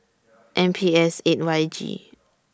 M P S eight Y G